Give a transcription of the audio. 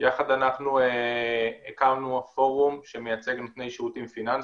יחד אנחנו הקמנו פורום שמייצג נותני שירותים פיננסיים.